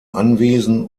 anwesen